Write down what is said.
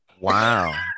wow